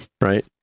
Right